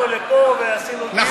באנו לפה ועשינו דיון,